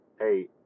Hey